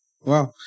Wow